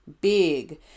big